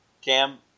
Cam